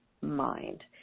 mind